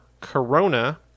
Corona